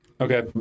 Okay